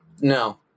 No